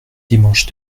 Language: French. dimanche